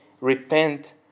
repent